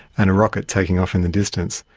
and a rocket taking off in the distance.